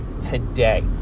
today